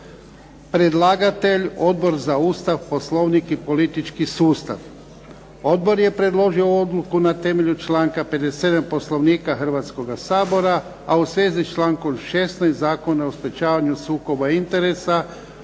Predlagatelj Odbor za Ustav, Poslovnik i politički sustav. Odbor je predložio odluku na temelju članka 57. Poslovnika hrvatskoga Sabora, a u svezi s člankom 16. Zakona o sprečavanju sukoba interesa